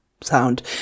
sound